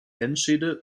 enschede